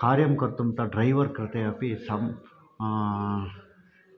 कार्यं कर्तुं त ड्रैवर् कृते अपि सम्